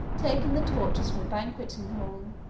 taking the torches from the banqueting halls,